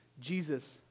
Jesus